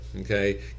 Okay